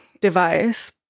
device